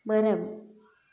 மரம்